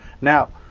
Now